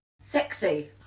Sexy